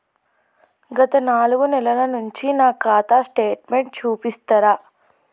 గత నాలుగు నెలల నుంచి నా ఖాతా స్టేట్మెంట్ చూపిస్తరా?